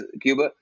cuba